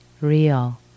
real